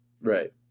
Right